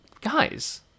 guys